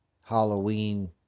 Halloween